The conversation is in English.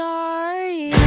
Sorry